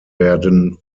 werden